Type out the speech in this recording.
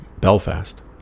Belfast